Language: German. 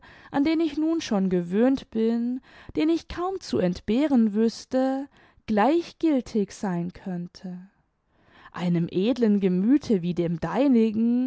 an den ich nun schon gewöhnt bin den ich kaum zu entbehren wüßte gleichgiltig sein könnte einem edlen gemüthe wie dem deinigen